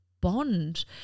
bond